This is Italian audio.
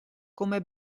come